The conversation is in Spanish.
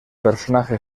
personaje